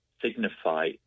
Signify